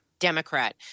Democrat